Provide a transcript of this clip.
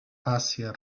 asia